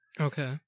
Okay